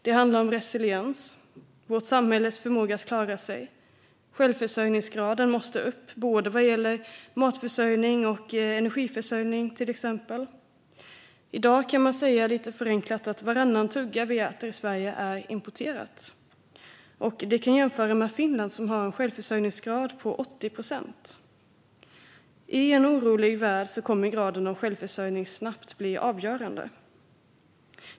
Det handlar om resiliens, vårt samhälles förmåga att klara sig. Självförsörjningsgraden måste öka, både vad gäller matförsörjning och vad gäller energiförsörjning. I dag kan man lite förenklat säga att varannan tugga vi äter i Sverige är importerad. Det kan jämföras med Finland, som har en självförsörjningsgrad på 80 procent. I en orolig värld kommer graden av självförsörjning snabbt att bli avgörande.